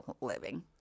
living